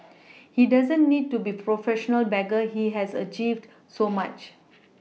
he doesn't need to be a professional beggar he has achieved so much